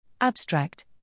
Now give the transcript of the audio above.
Abstract